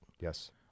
Yes